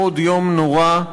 עוד יום נורא.